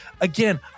again